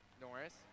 Norris